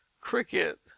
cricket